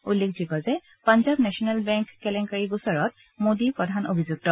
উল্লেখযোগ্য যে Punjab national bank কেলেংকাৰি গোচৰত মোডী প্ৰধান অভিযুক্ত